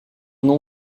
nom